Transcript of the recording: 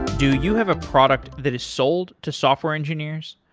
do you have a product that is sold to software engineers?